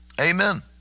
Amen